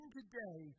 today